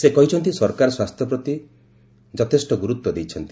ସେ କହିଛନ୍ତି ସରକାର ସ୍ୱାସ୍ଥ୍ୟ କ୍ଷେତ୍ର ପ୍ରତି ଯଥେଷ୍ଟ ଗୁରୁତ୍ୱ ଦେଇଛନ୍ତି